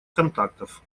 контактов